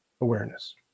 awareness